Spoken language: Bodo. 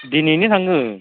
दिनैनो थाङो